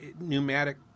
pneumatic